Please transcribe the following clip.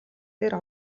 дээр